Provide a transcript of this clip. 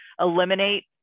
eliminate